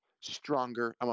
stronger